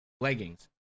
leggings